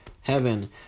Heaven